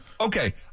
Okay